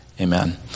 amen